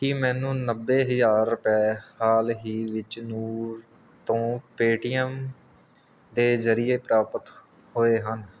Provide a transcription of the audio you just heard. ਕੀ ਮੈਨੂੰ ਨੱਬੇ ਹਜ਼ਾਰ ਰਪਏ ਹਾਲ ਹੀ ਵਿੱਚ ਨੂਰ ਤੋਂ ਪੇਟੀਐੱਮ ਦੇ ਜ਼ਰੀਏ ਪ੍ਰਾਪਤ ਹੋਏ ਹਨ